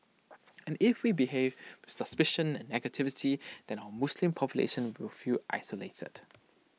and if we behave suspicion and negativity then our Muslim population will feel isolated